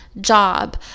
job